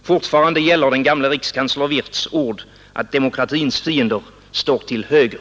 Fortfarande gäller den gamle rikskansler Wirths ord att demokratins fiender står till höger.